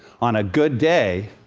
on a good day,